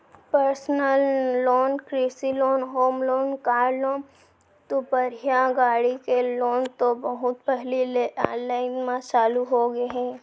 personal loan, कृषि loan, home loan, car loan, दुपहिया गाड़ी के लोन तो बहुत पहिली ले आनलाइन म चालू होगे हे